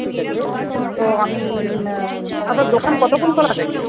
ঠিক আছে তো আমি আপনার দোকান কতক্ষণ খোলা থাকে